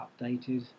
updated